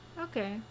Okay